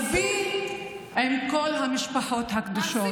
ליבי עם כל המשפחות הקדושות.